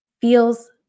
feels